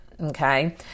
Okay